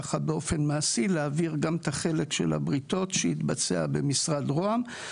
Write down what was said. ככה באופן מעשי להעביר גם את החלק של הבריתות שיתבצע במשרד ראש הממשלה.